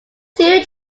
two